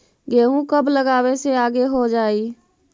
गेहूं कब लगावे से आगे हो जाई?